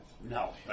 No